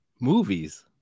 Movies